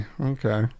Okay